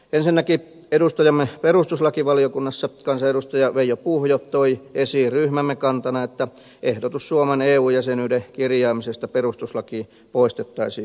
ensinnäkin edustajamme perustuslakivaliokunnassa kansanedustaja veijo puhjo toi esiin ryhmämme kantana että ehdotus suomen eu jäsenyyden kirjaamisesta perustuslakiin poistettaisiin ehdotuksesta